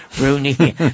Rooney